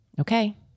Okay